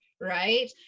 Right